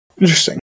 interesting